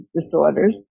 disorders